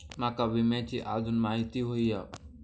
माका विम्याची आजून माहिती व्हयी हा?